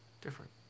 different